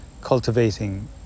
cultivating